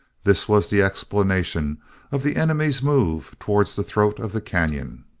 this was the explanation of the enemy's move towards the throat of the canon!